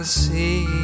see